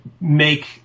make